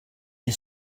his